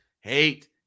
hate